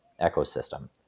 ecosystem